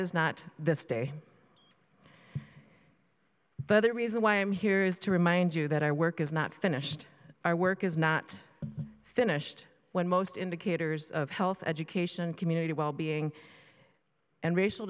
is not this day but the reason why i'm here is to remind you that our work is not finished our work is not finished when most indicators of health education community wellbeing and racial